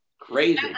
crazy